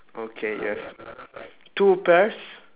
okay you have two pears